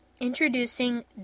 Introducing